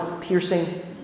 piercing